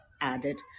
added